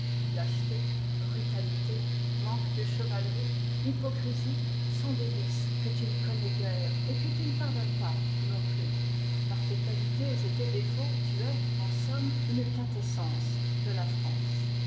lâcheté brutalité manque de chevalerie hypocrisie sont des vices que tu ne connais guère et que tu ne pardonnes pas non plus par tes qualités et tes défauts tu es en somme une quintessence de la france